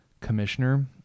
commissioner